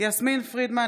יסמין פרידמן,